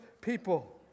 people